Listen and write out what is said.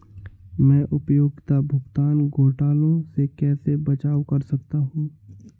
मैं उपयोगिता भुगतान घोटालों से कैसे बचाव कर सकता हूँ?